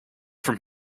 from